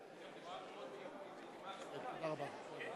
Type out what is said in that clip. לא,